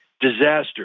disaster